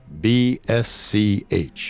BSCH